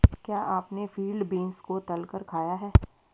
क्या आपने field beans को तलकर खाया है?